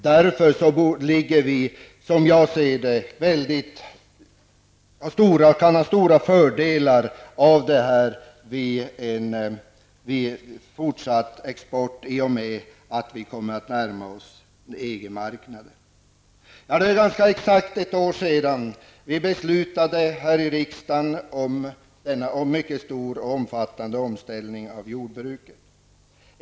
Därför kan det här, som jag ser saken, vara en stor fördel för oss vid fortsatt export i och med att vi kommer att närma oss EG-marknaden. För ganska exakt ett år sedan beslutade vi i riksdagen om en omfattande omställning av jordbruket.